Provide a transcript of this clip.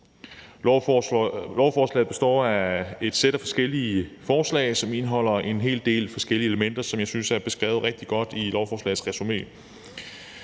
Lovforslaget består af et sæt af forskellige forslag, som indeholder en hel del forskellige elementer, som jeg synes er beskrevet rigtig godt i lovforslagets resumé.